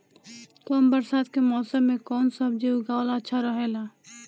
कम बरसात के मौसम में कउन सब्जी उगावल अच्छा रहेला?